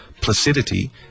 placidity